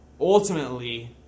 ultimately